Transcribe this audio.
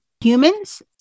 humans